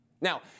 Now